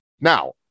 Now